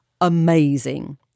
amazing